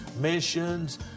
missions